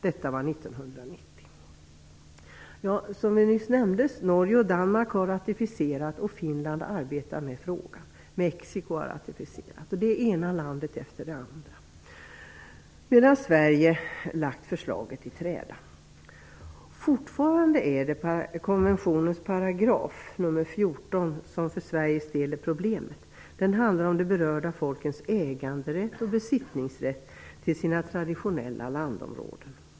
Detta var 1990. Som nyss nämndes har Norge och Danmark ratificerat konventionen, och Finland arbetar med frågan. Mexiko har ratificerat den, det ena landet efter det andra, medan Sverige lagt förslaget i träda. Fortfarande är det konventionens 14 § som för Sveriges del är problemet. Den handlar om de berörda folkens äganderätt och besittningsrätt till sina traditionella landområden.